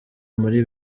muri